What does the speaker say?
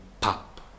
pop